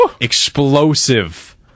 explosive